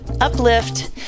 uplift